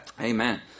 Amen